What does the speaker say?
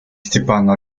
степану